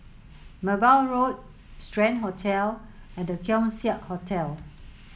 Merbau Road Strand Hotel and The Keong Saik Hotel